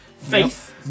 faith